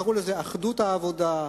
קראו לזה "אחדות העבודה",